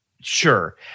sure